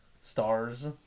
stars